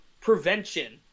prevention